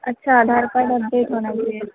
अच्छा Aadhaar card update होना चाहिए